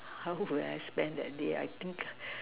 how will I spend that day I think